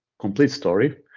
complete story,